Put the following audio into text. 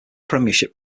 premiership